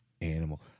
animal